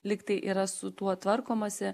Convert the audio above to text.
lyg tai yra su tuo tvarkomasi